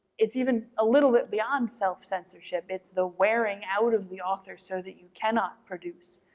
it's even a little bit beyond self censorship, it's the wearing out of the author so that you cannot produce,